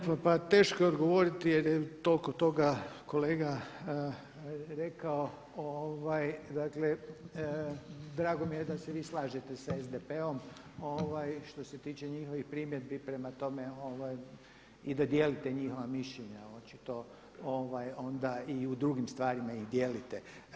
Pa teško je odgovoriti jer je toliko toga kolega rekao, dakle drago mi je da se vi slažete sa SDP-om što se tiče njihovih primjedbi prema tome i da dijelite njihova mišljenja očito onda i u drugim stvarima ih dijelite.